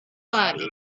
body